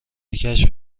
کشف